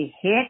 hit